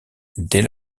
dès